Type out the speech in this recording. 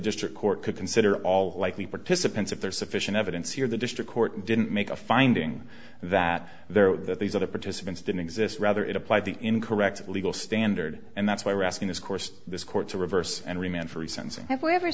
district court could consider all likely participants if there is sufficient evidence here the district court didn't make a finding that there that these other participants didn't exist rather it applied the incorrect legal standard and that's why we're asking this course this court to reverse and